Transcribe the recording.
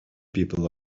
people